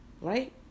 right